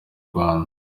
rwanda